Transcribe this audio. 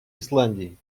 исландии